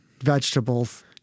Vegetables